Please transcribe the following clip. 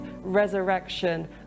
resurrection